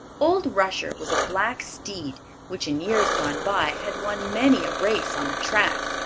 old rusher was a black steed which, in years gone by, had won many a race on the track.